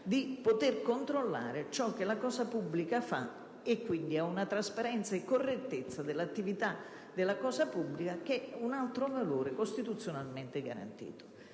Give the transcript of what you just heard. di controllare ciò che la cosa pubblica fa e quindi ad una trasparenza e correttezza dell'attività della cosa pubblica, che è un altro valore costituzionalmente garantito.